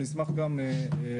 נשמח גם כמובן,